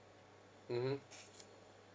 mmhmm